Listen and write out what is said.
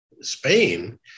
Spain